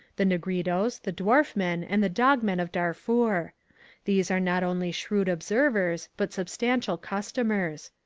the negritos, the dwarf men, and the dog men of darfur. these are not only shrewd observers but substantial customers.